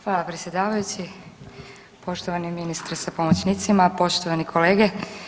Hvala predsjedavajući, poštovani ministre sa pomoćnicima, poštovani kolege.